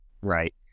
Right